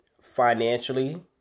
financially